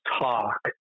talk